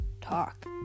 talk